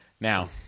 Now